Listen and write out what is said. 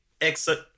exit